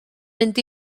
mynd